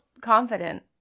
confident